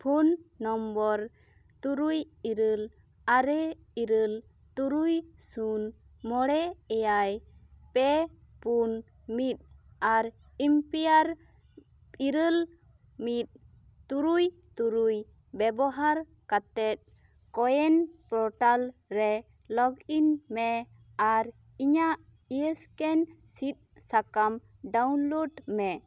phone number ᱛᱩᱨᱩᱭ ᱤᱨᱟᱹᱞ ᱟᱨᱮ ᱤᱨᱟᱹᱞ ᱛᱩᱨᱩᱭ ᱥᱩᱱ ᱢᱚᱬᱮ ᱮᱭᱟᱭ ᱯᱮ ᱯᱩᱱ ᱢᱤᱫ ᱟᱨ ᱮᱢᱯᱤᱭᱟᱨ ᱤᱨᱟᱹᱞ ᱢᱤᱫ ᱛᱩᱨᱩᱭ ᱛᱩᱨᱩᱭ ᱵᱮᱵᱚᱦᱟᱨ ᱠᱟᱛᱮᱫ ᱠᱳᱼᱩᱭᱤᱱ ᱯᱳᱨᱴᱟᱞ ᱨᱮ ᱞᱚᱜᱽᱼᱤᱱ ᱢᱮ ᱟᱨ ᱤᱧᱟᱜ ᱤᱭᱮᱠᱥᱤᱱ ᱥᱤᱫᱽ ᱥᱟᱠᱟᱢ ᱰᱟᱣᱩᱱᱞᱳᱰ ᱢᱮ